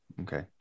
Okay